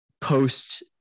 post